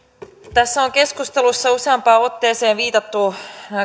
tässä on keskustelussa useampaan otteeseen viitattu